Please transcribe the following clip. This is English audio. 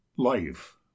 life